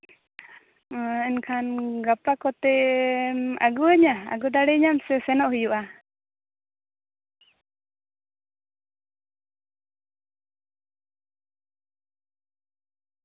ᱱᱚᱣᱟ ᱮᱱᱠᱷᱟᱱ ᱜᱟᱯᱟ ᱠᱚᱛᱮᱢ ᱟᱹᱜᱩᱣᱟᱹᱧᱟ ᱟᱹᱜᱩ ᱫᱟᱲᱣᱟᱹᱧᱟᱹᱢ ᱥᱮ ᱥᱮᱱᱚᱜ ᱦᱩᱭᱩᱜᱼᱟ